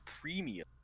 premium